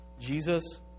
Jesus